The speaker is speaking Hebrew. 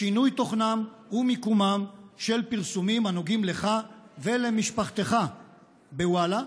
לשינוי תוכנם ומיקומם של פרסומים הנוגעים לך ולמשפחתך בוואלה,